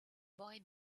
boy